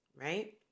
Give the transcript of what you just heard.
right